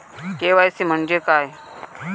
KYC म्हणजे काय?